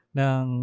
ng